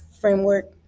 framework